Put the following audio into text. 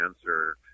answer